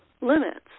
limits